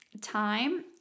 Time